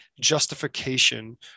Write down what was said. justification